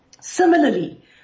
Similarly